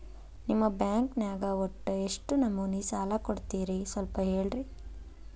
ನಿಮ್ಮ ಬ್ಯಾಂಕ್ ನ್ಯಾಗ ಒಟ್ಟ ಎಷ್ಟು ನಮೂನಿ ಸಾಲ ಕೊಡ್ತೇರಿ ಸ್ವಲ್ಪ ಹೇಳ್ರಿ